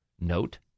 note